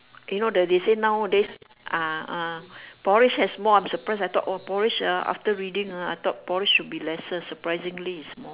you know the they say nowadays ah ah porridge has more I'm surprised I thought oh porridge ah after reading ah I thought porridge should be lesser surprisingly it's more